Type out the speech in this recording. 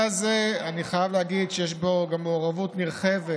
אני גם חייב להגיד שיש בנושא הזה מעורבות נרחבת